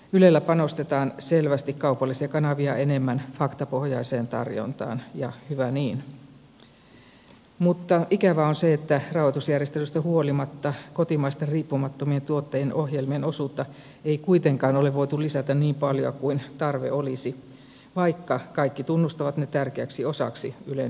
ylellä panostetaan selvästi kaupallisia kanavia enemmän faktapohjaiseen tarjontaan ja hyvä niin mutta ikävää on se että rahoitusjärjestelystä huolimatta kotimaisten riippumattomien tuottajien ohjelmien osuutta ei kuitenkaan ole voitu lisätä niin paljon kuin tarve olisi vaikka kaikki tunnustavat ne tärkeäksi osaksi ylen julkista palvelua